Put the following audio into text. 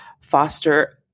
foster